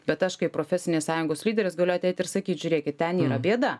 bet aš kaip profesinės sąjungos lyderis galiu ateit ir sakyt žiūrėkit ten yra bėda